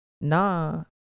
nah